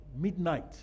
midnight